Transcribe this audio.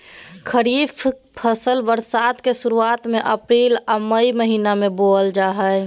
खरीफ फसल बरसात के शुरुआत में अप्रैल आ मई महीना में बोअल जा हइ